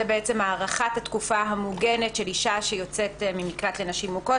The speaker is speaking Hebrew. זו הארכת התקופה המוגנת של אישה שיוצאת ממקלט לנשים מוכות,